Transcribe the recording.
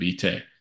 Vite